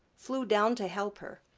flew down to help her.